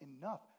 enough